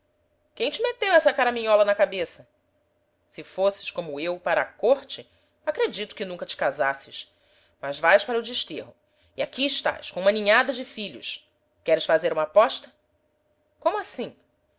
quem te meteu essa caraminhola na cabeça se fosses como eu para a corte acredito que nunca te casasses mas vais para o desterro estás aqui estás com uma ninhada de filhos queres fazer uma aposta como assim